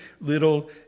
little